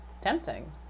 tempting